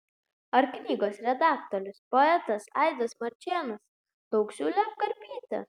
ar knygos redaktorius poetas aidas marčėnas daug siūlė apkarpyti